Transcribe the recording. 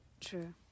true